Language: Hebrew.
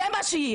זה מה שיהיה.